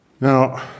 Now